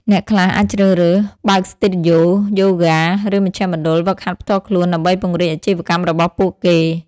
អ្នកខ្លះអាចជ្រើសរើស បើកស្ទូឌីយោយូហ្គា ឬមជ្ឈមណ្ឌលហ្វឹកហាត់ផ្ទាល់ខ្លួន ដើម្បីពង្រីកអាជីវកម្មរបស់ពួកគេ។